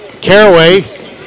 Caraway